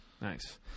Nice